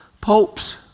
Popes